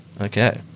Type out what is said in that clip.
Okay